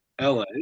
la